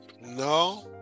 No